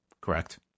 correct